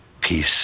peace